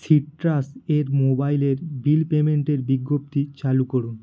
citrus এর মোবাইলের bill পেমেন্টের বিজ্ঞপ্তি চালু করুন